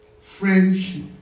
Friendship